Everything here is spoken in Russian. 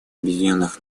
объединенных